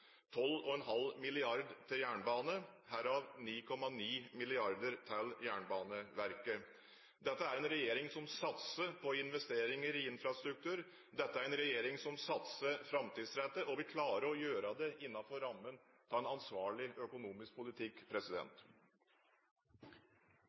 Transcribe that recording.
12,5 mrd. kr til jernbane, herav 9,9 mrd. kr til Jernbaneverket. Dette er en regjering som satser på investeringer i infrastruktur, dette er en regjering som satser framtidsrettet, og vi klarer å gjøre det innenfor rammen av en ansvarlig økonomisk politikk.